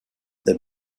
the